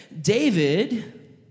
David